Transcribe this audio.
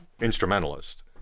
instrumentalist